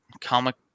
Comic